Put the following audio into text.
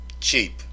cheap